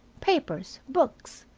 papers, books.